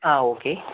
ആ ഓക്കേ